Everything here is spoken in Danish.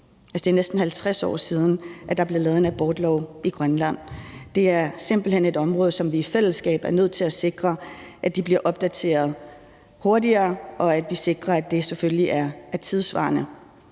det er næsten 50 år siden, der blev lavet en abortlov i Grønland. Det er simpelt hen et område, hvor vi i fællesskab er nødt til at sikre, at det bliver opdateret hurtigere, og sikre, at det selvfølgelig er tidssvarende.